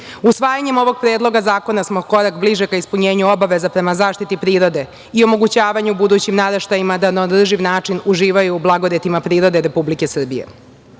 Usvajanjem ovog Predloga zakona smo korak bliže ka ispunjenju obaveza prema zaštiti prirode i omogućavanju budućim naraštajima da na održiv način uživaju u blagodetima prirode Republike